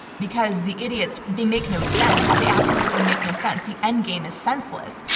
because the idiots, they make no sense. they absolutely make no sense. the endgame is senseless,